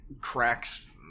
cracks